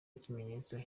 ikimenyetso